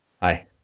hi